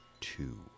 two